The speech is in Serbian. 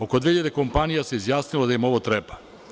Oko 2.000 kompanija se izjasnilo da im ovo treba.